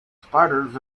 spiders